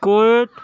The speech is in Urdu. کویت